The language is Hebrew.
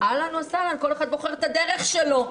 אהלן וסהלן, כל אחד בוחר את הדרך שלו.